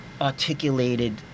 articulated